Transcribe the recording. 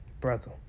brother